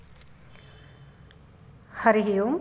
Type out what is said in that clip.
हरिः ओम्